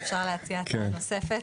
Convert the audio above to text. אפשר להציע הצעה נוספת?